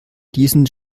diesen